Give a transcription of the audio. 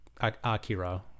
Akira